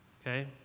okay